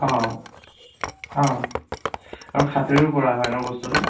অঁ অঁ আৰু হাতেৰেও কৰা হয় ন বস্তুটো